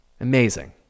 Amazing